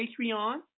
Patreon